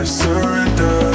surrender